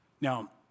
Now